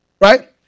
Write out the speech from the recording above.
right